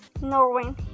Norway